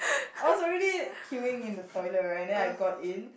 I was already queuing in the toilet right and then I got in